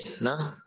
no